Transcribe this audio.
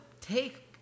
take